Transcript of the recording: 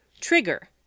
trigger